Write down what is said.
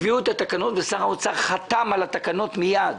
הביאו את התקנות ושר האוצר חתם על התקנות מיד.